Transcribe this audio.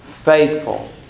faithful